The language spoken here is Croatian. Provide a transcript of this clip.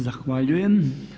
Zahvaljujem.